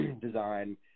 design